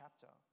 chapter